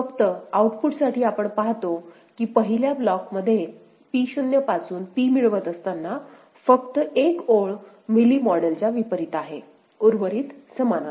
फक्त आऊटपुटसाठी आपण पाहतो की पहिल्या ब्लॉकमध्ये P 0 पासून P1 मिळवित असताना फक्त एक ओळ मिली मॉडेलच्या विपरीत आहे उर्वरित समान आहेत